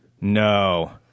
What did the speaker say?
No